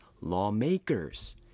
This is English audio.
lawmakers